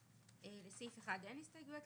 בסעיף 1 אין הסתייגויות.